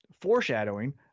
foreshadowing